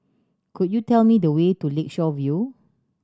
could you tell me the way to Lakeshore View